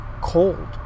cold